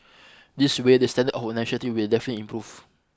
this way the standard of whole nation team will definitely improve